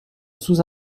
sous